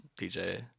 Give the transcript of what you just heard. DJ